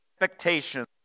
expectations